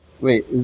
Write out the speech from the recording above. Wait